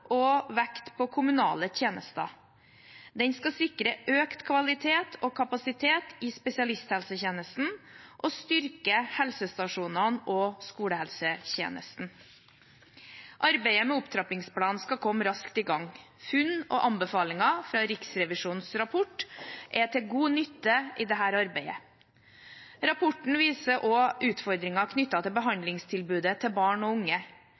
og vekt på kommunale tjenester. Den skal sikre økt kvalitet og kapasitet i spesialisthelsetjenesten og styrke helsestasjonene og skolehelsetjenesten. Arbeidet med opptrappingsplanen skal komme raskt i gang. Funn og anbefalinger fra Riksrevisjonens rapport er til god nytte i dette arbeidet. Rapporten viser også utfordringer knyttet til behandlingstilbudet til barn og unge.